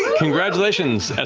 congratulations.